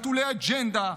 נטולי אג'נדה,